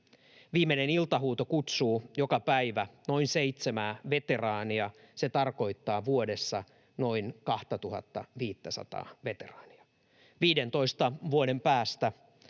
Viimeinen iltahuuto kutsuu joka päivä noin seitsemää veteraania. Se tarkoittaa vuodessa noin 2 500:aa veteraania. Kelan ennusteen